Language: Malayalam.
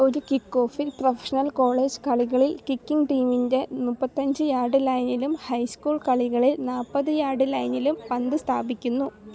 ഒരു കിക്കോഫിൽ പ്രൊഫഷണൽ കോളേജ് കളികളിൽ കിക്കിങ് ടീമിൻ്റെ മുപ്പത്തഞ്ച് യാർഡ് ലൈനിലും ഹൈ സ്കൂൾ കളികളിൽ നാൽപ്പത് യാർഡ് ലൈനിലും പന്ത് സ്ഥാപിക്കുന്നു